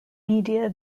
media